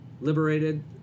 Liberated